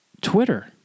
Twitter